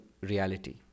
reality